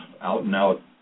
out-and-out